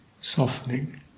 softening